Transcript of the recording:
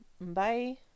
bye